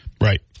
right